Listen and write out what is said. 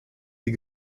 die